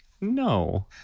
No